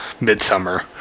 Midsummer